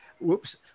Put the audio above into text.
whoops